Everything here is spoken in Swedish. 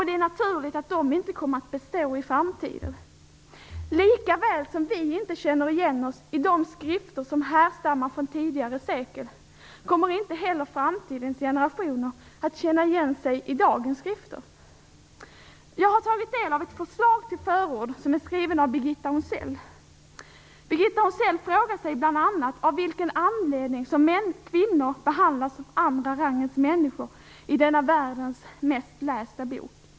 Det är naturligt att de inte kommer att bestå i framtiden. Likaväl som vi inte känner igen oss i de skrifter som härstammar från tidigare sekel kommer inte heller framtidens generationer att känna igen sig i dagens skrifter. Jag har tagit del av ett förslag till förord som är skrivet av Birgitta Onsell. Birgitta Onsell frågar sig bl.a. av vilken anledning som kvinnor behandlas som andra rangens människor i denna världens mest lästa bok.